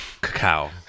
Cacao